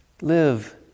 live